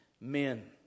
men